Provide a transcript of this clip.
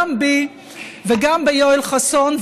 גם בי וגם ביואל חסון,